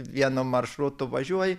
vienu maršrutu važiuoji